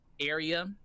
area